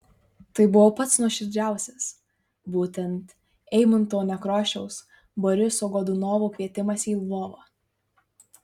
tai buvo pats nuoširdžiausias būtent eimunto nekrošiaus boriso godunovo kvietimas į lvovą